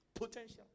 Potential